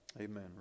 Amen